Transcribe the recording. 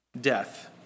death